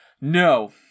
No